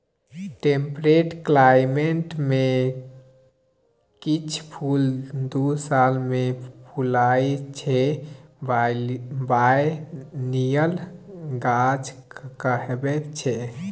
temperate climate मे किछ फुल दु साल मे फुलाइ छै बायनियल गाछ कहाबै छै